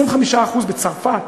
25% בצרפת,